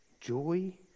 joy